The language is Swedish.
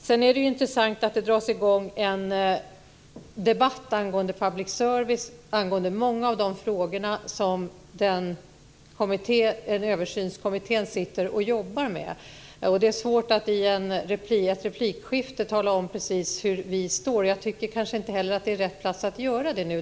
Det är intressant att det dras i gång en debatt angående public service och många av de frågor som Översynskommittén sitter och jobbar med. Det är svårt att i ett replikskifte tala om precis hur vi står. Jag tycker kanske inte heller att detta är rätt plats och tid att göra det på.